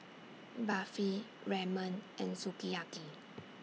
Barfi Ramen and Sukiyaki